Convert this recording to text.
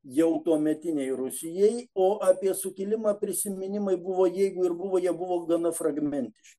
jau tuometinei rusijai o apie sukilimą prisiminimai buvo jeigu ir buvo jie buvo gana fragmentiški